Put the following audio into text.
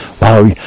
Wow